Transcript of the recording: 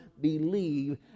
believe